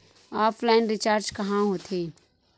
Offline recharge कहां होथे?